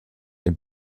est